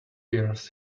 years